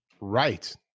Right